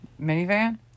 minivan